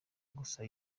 gusa